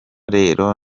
rero